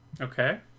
Okay